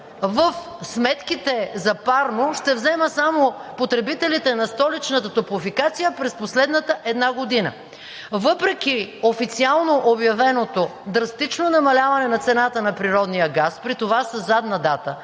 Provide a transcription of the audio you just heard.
в сметките за парно – ще взема само потребителите на Столичната топлофикация през последната една година. Въпреки официално обявеното драстично намаляване на цената на природния газ при това със задна дата